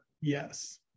Yes